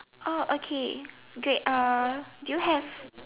uh okay great uh do you have